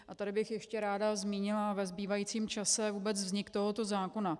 A tady bych ještě ráda zmínila ve zbývajícím čase vůbec vznik tohoto zákona.